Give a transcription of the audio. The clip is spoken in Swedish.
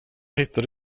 hittade